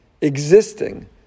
existing